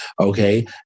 Okay